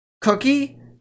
Cookie